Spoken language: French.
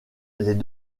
les